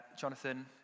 Jonathan